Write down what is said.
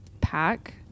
pack